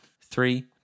Three